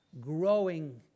growing